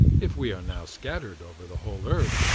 if we are now scattered over the whole earth,